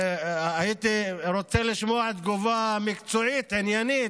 הייתי רוצה לשמוע תגובה מקצועית, עניינית.